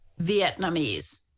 Vietnamese